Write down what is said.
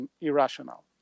irrational